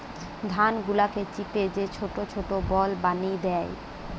ধান গুলাকে চিপে যে ছোট ছোট বল বানি দ্যায়